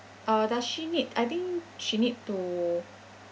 uh does she need I think she need to